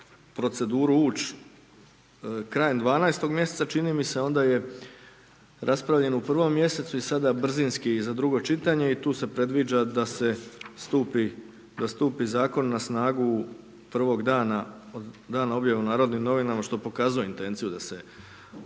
proceduru ući krajem 12. mjeseca čini mi se, onda je raspravljen u 1. mjesecu, i sada brzinski i za drugo čitanje, i tu se predviđa da se stupi, da stupi Zakon na snagu prvog dana od dana objave u Narodnim novinama, što pokazuje intenciju da se on